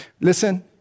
Listen